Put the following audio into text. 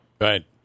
Right